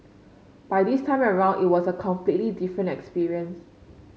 by this time around it was a completely different experience